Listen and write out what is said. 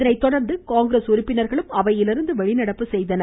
இதனைத்தொடர்ந்து காங்கிரஸ் உறுப்பினர்களும் அவையிலிருந்து வெளிநடப்பு செய்தனர்